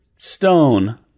Stone